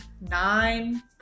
Nine